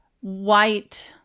White